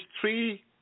three